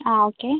അ okay